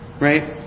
Right